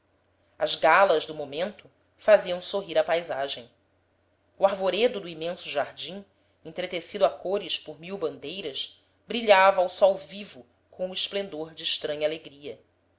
as galas do momento faziam sorrir a paisagem o arvoredo do imenso jardim entretecido a cores por mil bandeiras brilhava ao sol vivo com o esplendor de estranha alegria